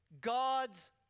God's